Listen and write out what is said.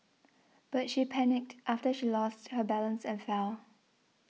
but she panicked after she lost her balance and fell